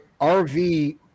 RV